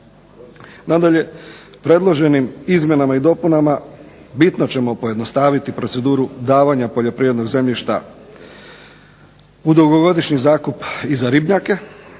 Nadalje, predloženim izmjenama i dopunama bitno ćemo pojednostaviti proceduru davanja poljoprivrednog zemljišta u dugogodišnji zakup i za ribnjake